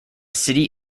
city